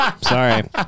Sorry